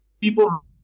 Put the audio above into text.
people